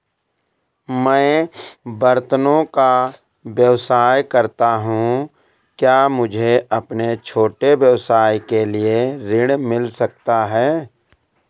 मैं बर्तनों का व्यवसाय करता हूँ क्या मुझे अपने छोटे व्यवसाय के लिए ऋण मिल सकता है?